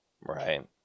right